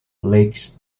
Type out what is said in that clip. lakes